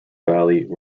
valley